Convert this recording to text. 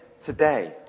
today